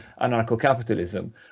anarcho-capitalism